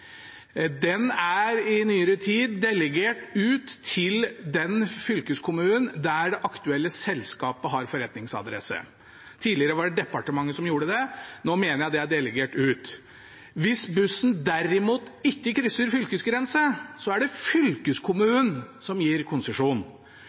er i nyere tid delegert til den fylkeskommunen der det aktuelle selskapet har forretningsadresse. Tidligere var det departementet som gjorde det. Nå mener jeg det er delegert ut. Hvis bussen derimot ikke krysser fylkesgrensa, er det